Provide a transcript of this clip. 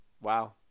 Wow